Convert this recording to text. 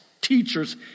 teachers